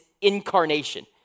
incarnation